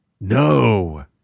No